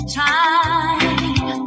time